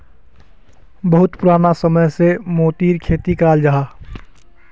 बहुत पुराना समय से मोतिर खेती कराल जाहा